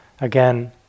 Again